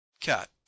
cat